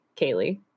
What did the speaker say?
Kaylee